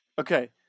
Okay